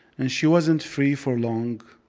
and she wasn't free for long,